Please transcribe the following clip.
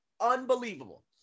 unbelievable